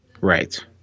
Right